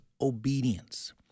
obedience